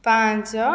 ପାଞ୍ଚ